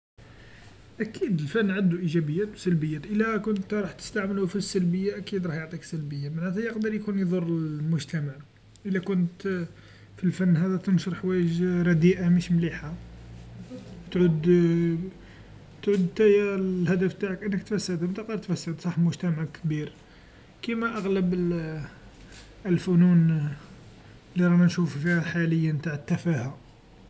أكيد الفن عندو إيجابيات و سلبيات إلا كنت انت راح تستعملو في السلبيه أكيد راح يعطيك سلبيه، معنتها يقدر يكون يضر المجتمع، إلا كنت في الفن هذا تنشر حوايج رذيئا مش مليحا، تعود تعود أنتايا الهدف نتاعك أنك تفسد، تقدر تفسد صح مجتمع كبير ل الفنون لرانا نشوفو فيها حاليا تع التفاها.